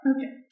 Okay